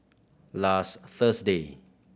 last Thursday